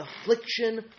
affliction